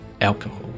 alcohol